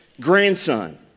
grandson